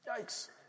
Yikes